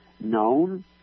known